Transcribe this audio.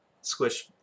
Squish